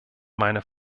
meiner